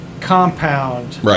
compound